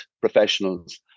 professionals